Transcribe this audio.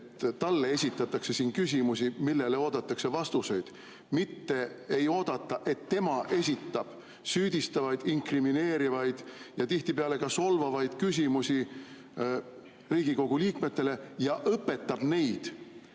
et talle esitatakse küsimusi, millele oodatakse vastuseid. Ei oodata, et tema esitab süüdistavaid, inkrimineerivaid ja tihtipeale ka solvavaid küsimusi Riigikogu liikmetele ja õpetab neid,